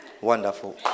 Wonderful